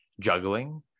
juggling